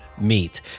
meet